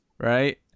right